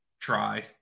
try